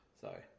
Sorry